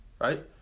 right